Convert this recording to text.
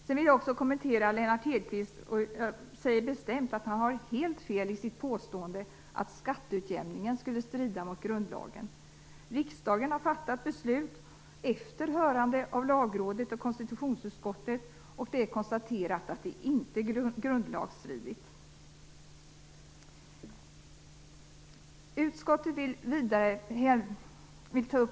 Jag vill bestämt säga att Lennart Hedquist har helt fel i sitt påstående att skatteutjämningen skulle strida mot grundlagen. Riksdagen har efter hörande av Lagrådet och konstitutionsutskottet fattat beslut, vilka har konstaterat att detta inte är grundlagsstridigt.